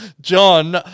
John